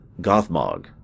Gothmog